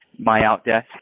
MyOutDesk